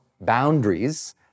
boundaries